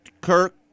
Kirk